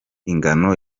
ingano